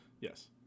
Yes